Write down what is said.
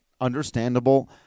understandable